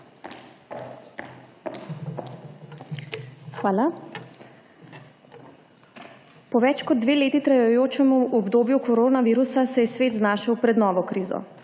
Hvala. Po več kot 2 leti trajajočemu obdobju koronavirusa se je svet znašel pred novo krizo.